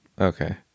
Okay